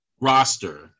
roster